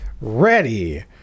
ready